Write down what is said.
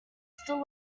still